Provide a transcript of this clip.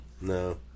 No